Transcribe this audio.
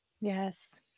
Yes